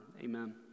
Amen